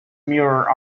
mirror